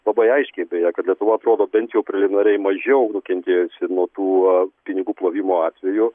labai aiškiai beje kad lietuva atrodo bent jau preliminariai mažiau nukentėjusi nuo tų pinigų plovimo atvejų